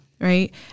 right